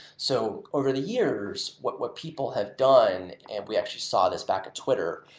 so over the years, what what people have done, and we actually saw this back at twitter,